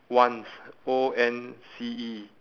once O N C E